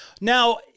Now